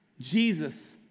Jesus